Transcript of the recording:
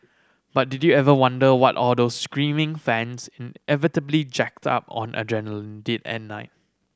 but did you ever wonder what all those screaming fans inevitably jacked up on adrenaline did at night